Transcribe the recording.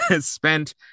spent